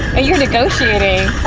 and you're negotiating. oh,